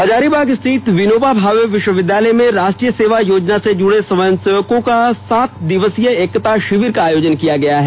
हजारीबाग स्थित विनोबाभावे विष्वविद्यालय में राष्ट्रीय सेवा योजना से जुड़े स्वंयसेवकों का सात दिवसीय एकता षिविर का आयोजन किया गया है